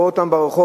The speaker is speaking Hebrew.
רואה אותם ברחוב,